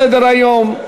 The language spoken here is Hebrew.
מבקשים: